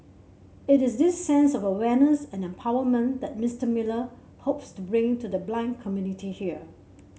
it is this sense of awareness and empowerment that Mister Miller hopes to bring to the blind community here